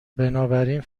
بنابراین